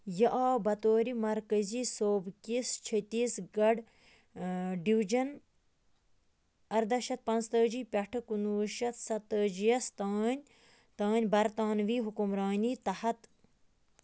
یہِ آو بطورِ مرکٔزی صوبہٕ کِس چھٔتیٖس گڑھ ڈِوجَن اَرداہ شَتھ پانٛژھ تٲجی پٮ۪ٹھٕ کُنہٕ وُہ شَتھ سَتٲجِیَس تام تام برطانوی حُکمرانی تحت